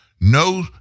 no